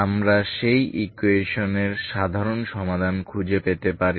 আমরা সেই ইকুয়েশন এর সাধারণ সমাধান খুঁজে পেতে পারি